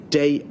day